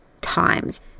times